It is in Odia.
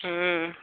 ହୁଁ